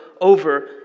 over